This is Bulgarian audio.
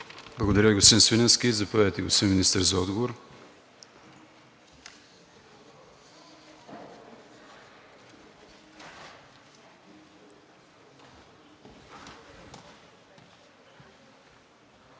Благодаря Ви, господин Свиленски. Заповядайте, господин Министър, за отговор.